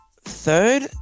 third